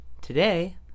today